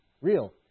real